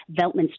Veltman's